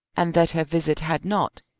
and that her visit had not,